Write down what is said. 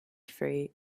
free